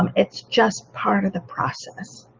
um it's just part of the process.